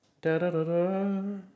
Da-da-da-da